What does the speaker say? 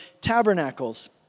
Tabernacles